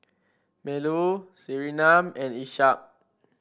Melur Surinam and Ishak